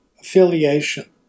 affiliation